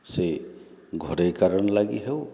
ସେ ଘରୋଇ କାରଣ ଲାଗି ହେଉ